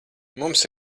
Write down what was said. mums